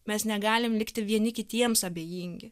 mes negalim likti vieni kitiems abejingi